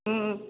हूँ